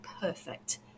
perfect